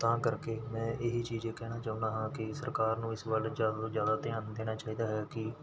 ਤਾਂ ਕਰਕੇ ਮੈਂ ਇਹੀ ਚੀਜ਼ ਕਹਿਣਾ ਚਾਹੁੰਦਾ ਹਾਂ ਕਿ ਸਰਕਾਰ ਨੂੰ ਇਸ ਵੱਲ ਜ਼ਿਆਦਾ ਤੋਂ ਜ਼ਿਆਦਾ ਧਿਆਨ ਦੇਣਾ ਚਾਹੀਦਾ ਹੈ ਕਿ